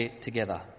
together